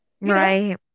right